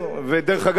את בדברייך,